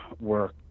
work